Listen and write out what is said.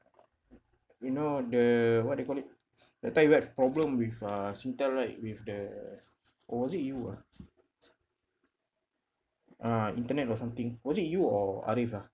you know the what do you call it the time you've problem with uh singtel right with the or was it you ah ah internet or something was it you or ariff ah